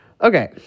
Okay